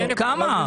כמה?